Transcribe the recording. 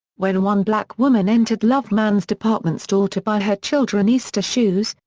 when one black woman entered loveman's department store to buy her children easter shoes,